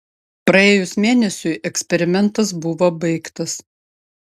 praėjus mėnesiui eksperimentas buvo baigtas